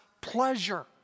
pleasure